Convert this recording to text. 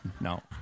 No